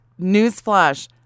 newsflash